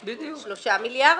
שלושה מיליארד.